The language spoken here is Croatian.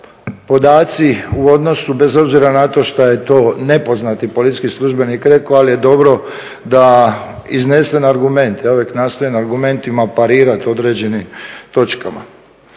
podaci u odnosu bez obzira na to šta je to nepoznati policijski službeni rekao ali je dobro da iznesem argument. Ja uvijek nastojim argumentima parirati određenim točkama.